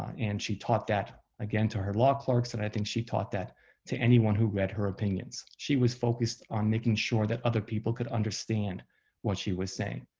and she taught that, again, to her law clerks, and i think she taught that to anyone who read her opinions. she was focused on making sure that other people could understand what she was saying.